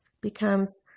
becomes